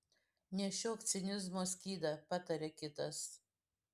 nešiok cinizmo skydą pataria kitas